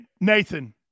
Nathan